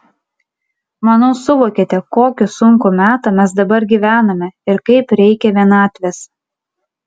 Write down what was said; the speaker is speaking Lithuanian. manau suvokiate kokį sunkų metą mes dabar gyvename ir kaip reikia vienatvės